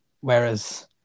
whereas